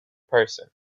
person